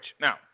Now